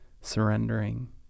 surrendering